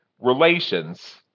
relations